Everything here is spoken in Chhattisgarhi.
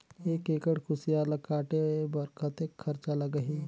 एक एकड़ कुसियार ल काटे बर कतेक खरचा लगही?